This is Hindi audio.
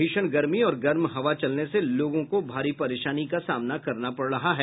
भीषण गर्मी और गर्म हवा चलने से लोगों को भारी परेशानी का सामना करना पड़ रहा है